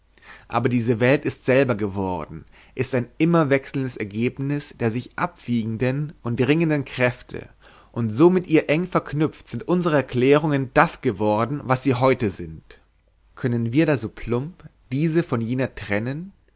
aber diese welt ist selber geworden ist ein immer wechselndes ergebnis der sich abwiegenden und ringenden kräfte und so mit ihr eng verknüpft sind unsere erklärungen das geworden was sie heute sind können wir da so plump diese von jener trennen